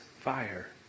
fire